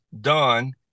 done